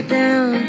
down